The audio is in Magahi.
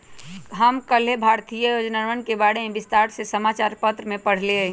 हम कल्लेह भारतीय योजनवन के बारे में विस्तार से समाचार पत्र में पढ़ लय